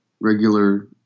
regular